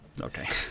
okay